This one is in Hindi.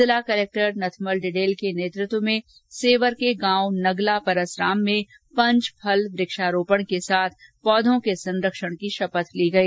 जिला कलेक्टर नथमल डिडेल के नेतृत्व में सेवर के गांव नगला परसराम में पंच फल वक्षारोपण के साथ पौधों के संरक्षण की शपथ ली गई